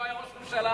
לא היה ראש ממשלה,